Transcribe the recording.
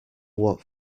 walk